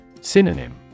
Synonym